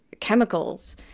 chemicals